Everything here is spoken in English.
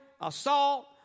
assault